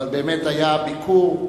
אבל באמת היה ביקור.